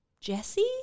Jesse